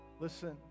listen